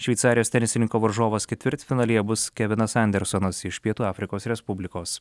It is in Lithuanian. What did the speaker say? šveicarijos tenisininko varžovas ketvirtfinalyje bus kevinas andersonas iš pietų afrikos respublikos